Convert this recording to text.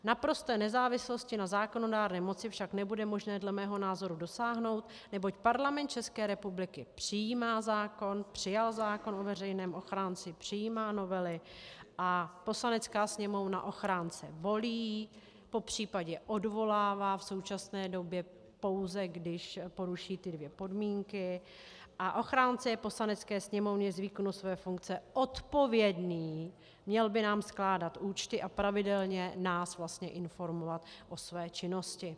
Naprosté nezávislosti na zákonodárné moci však nebude možné dle mého názoru dosáhnout, neboť Parlament ČR přijímá zákon, přijal zákon o veřejném ochránci, přijímá novely a Poslanecká sněmovna ochránce volí, popř. odvolává v současné době, pouze když poruší ty dvě podmínky, a ochránce je Poslanecké sněmovně z výkonu své funkce odpovědný, měl by nám skládat účty a pravidelně nás informovat o své činnosti.